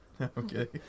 Okay